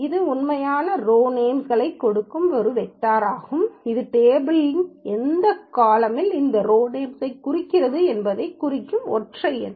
இது உண்மையான ரோ நேம்ஸ்களைக் கொடுக்கும் வேக்டார் ஆகும் இது டேபிள்யின் எந்த காலம்யில் இந்த ரோ நேம்ஸ்களைக் குறிக்கிறது என்பதைக் குறிக்கும் ஒற்றை எண்